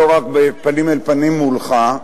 לא רק פנים אל פנים מולך,